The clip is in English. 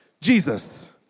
Jesus